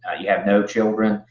ah you have no children,